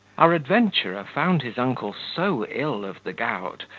our adventurer found his uncle so ill of the gout,